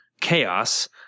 chaos